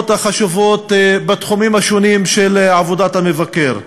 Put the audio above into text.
החשובות בתחומים השונים של עבודת המבקר.